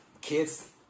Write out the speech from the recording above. Kids